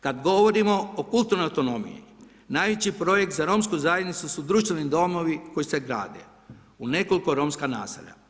Kad govorimo o kulturnoj autonomiji, najveći projekt za romsku zajednicu su društveni domovi koji se grade u nekoliko romskih naselja.